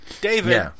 David